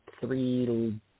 three